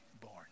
born